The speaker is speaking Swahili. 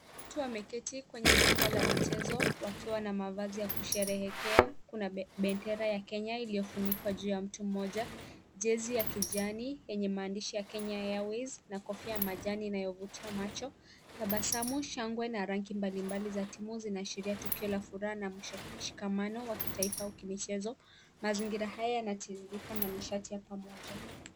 Watu wameketi kwenye jukwa la mchezo wakiwa na mavasi ya kusherekea kuna pendera ya kenya iliofunikwa ya mtu mmoja jezi ya kijani enye maandishi ya Kenya Airways na kofia majani yanaofutia macho tabasamu shangwe na rangi mbali mbali za timu zinaasheria tukio la furaha na mshikamano wa kitaifa wa kimchezo. Mazingira haya na nitiririka na ni shati ya pamoja.